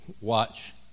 watch